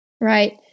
right